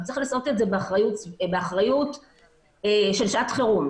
אבל צריך לעשות את זה באחריות של שעת חירום.